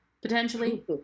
potentially